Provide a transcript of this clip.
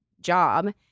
job